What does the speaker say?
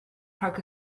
rhag